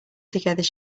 together